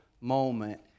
moment